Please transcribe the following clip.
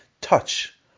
touch